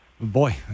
boy